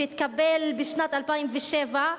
שהתקבל בשנת 2007,